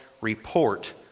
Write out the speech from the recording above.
report